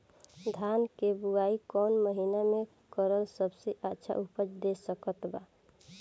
धान के बुआई कौन महीना मे करल सबसे अच्छा उपज दे सकत बा?